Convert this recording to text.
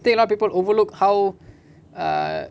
think a lot of people overlook how err